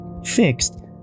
fixed